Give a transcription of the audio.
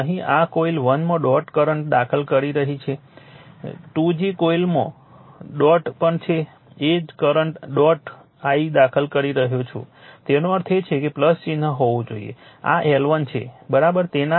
અહીં આ કોઇલ 1 માં ડોટ કરંટ દાખલ કરી રહી છે 2જી કોઇલમાં ડોટ પણ એ જ કરંટ ડોટ I દાખલ કરી રહ્યો છું તેનો અર્થ એ કે ચિહ્ન હોવું જોઈએ આ L1 છે તેમના ઇન્ડક્ટન્સ છે